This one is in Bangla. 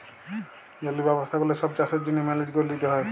জলের ব্যবস্থা গুলা ছব চাষের জ্যনহে মেলেজ ক্যরে লিতে হ্যয়